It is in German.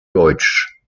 deutsch